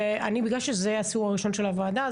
בגלל שזה הסיור הראשון של הוועדה,